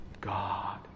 God